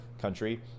country